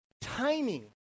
timing